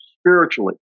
spiritually